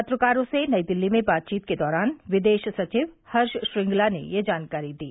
पत्रकारों से नई दिल्ली में बातचीत के दौरान विदेश सचिव हर्ष श्रृंगला ने यह जानकारी दी